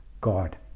God